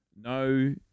No